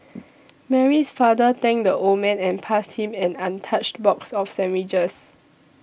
Mary's father thanked the old man and passed him an untouched box of sandwiches